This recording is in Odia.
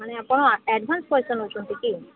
ମାନେ ଆପଣ ଆଡଭାନ୍ସ ପଇସା ନେଉଛନ୍ତି କି